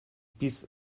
peace